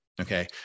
okay